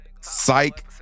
psych